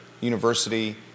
university